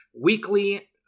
weekly